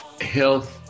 health